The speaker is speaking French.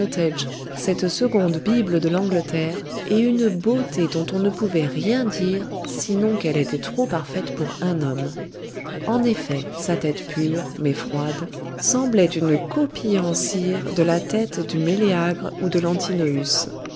cette seconde bible de l'angleterre et une beauté dont on ne pouvait rien dire sinon qu'elle était trop parfaite pour un homme en effet sa tête pure mais froide semblait une copie en cire de la tête du méléagre ou de l'antinoüs